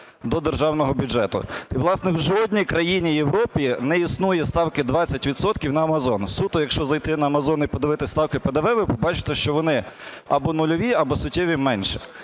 до державного бюджету. І, власне, в жодній країні Європи не існує ставки 20 відсотків на амазон. Суто якщо зайти на амазон і подивитися ставки ПДВ, ви побачите, що вони або нульові, або суттєво менші.